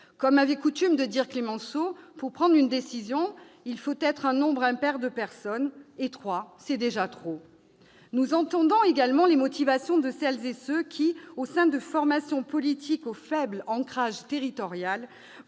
Comme avait coutume de dire Clemenceau, « pour prendre une décision, il faut être un nombre impair de personnes, et trois, c'est déjà trop ». Nous entendons également les motivations de celles et de ceux qui, membres de formations politiques au faible ancrage territorial,